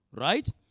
right